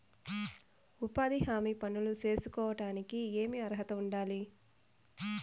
ఉపాధి హామీ పనులు సేసుకోవడానికి ఏమి అర్హత ఉండాలి?